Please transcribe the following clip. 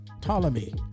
Ptolemy